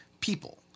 people